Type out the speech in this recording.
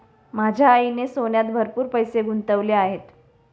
माझ्या आईने सोन्यात भरपूर पैसे गुंतवले आहेत